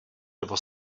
nebo